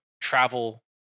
travel